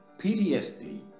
PTSD